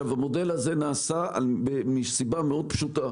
המודל הזה נעשה מסיבה מאוד פשוטה: